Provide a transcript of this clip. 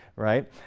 right?